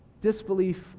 Disbelief